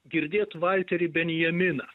girdėti valterį benjaminą